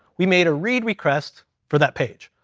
we made a read request for that page.